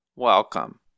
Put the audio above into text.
Welcome